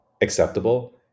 acceptable